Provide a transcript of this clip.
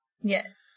Yes